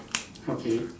okay